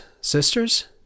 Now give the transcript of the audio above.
Sisters